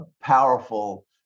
powerful